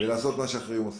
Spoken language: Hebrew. ולעשות מה שאחרים עושים.